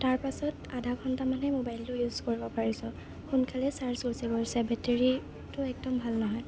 তাৰপাছত আধা ঘণ্টামানহে মোবাইলটো ইউজ কৰিব পাৰিছোঁ সোনকালে চাৰ্জ গুচি গৈছে বেটেৰীটো একদম ভাল নহয়